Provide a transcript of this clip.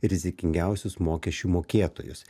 rizikingiausius mokesčių mokėtojus